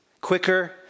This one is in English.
Quicker